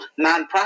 nonprofit